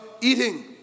eating